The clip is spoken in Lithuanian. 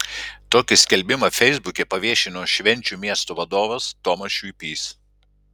tokį skelbimą feisbuke paviešino švenčių miesto vadovas tomas šiuipys